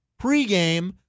Pregame